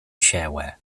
shareware